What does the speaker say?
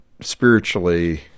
spiritually